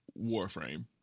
warframe